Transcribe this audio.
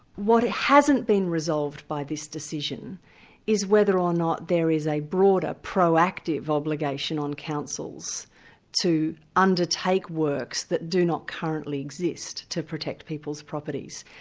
what hasn't been resolved by this decision is whether or not there is a broader, proactive obligation on councils to undertake works that do not currently exist, to protect people's properties.